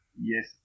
yes